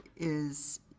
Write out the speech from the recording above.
is,